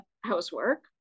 housework